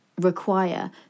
require